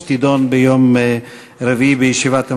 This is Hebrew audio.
שתידון ביום רביעי בישיבת המליאה.